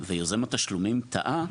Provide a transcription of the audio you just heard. ויוזם התשלומים טעה,